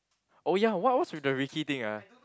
oh ya what what's with the Ricky thing ah